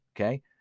okay